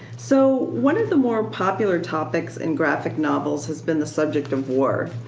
so one of the more popular topics in graphic novels has been the subject of war.